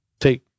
take